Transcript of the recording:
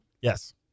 Yes